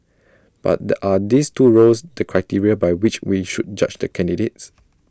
but the are these two roles the criteria by which we should judge the candidates